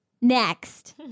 next